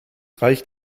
reicht